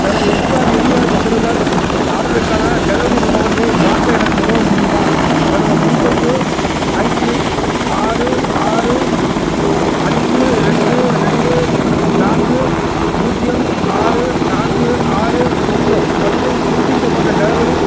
எனது எஸ்ஸார் எரிவாயு சிலிண்டர் ஆர்டருக்கான டெலவரி முகவரியை மாற்ற எனக்கு உதவ முடியுமா எனது முன்பதிவு ஐடி ஆறு ஆறு அஞ்சு ரெண்டு ரெண்டு நான்கு பூஜ்ஜியம் ஆறு நான்கு ஆறு ஒன்று மற்றும் புதுப்பிக்கப்பட்ட டெலவரி